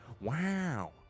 wow